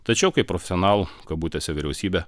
tačiau kaip profesionalų kabutėse vyriausybė